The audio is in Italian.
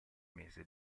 mese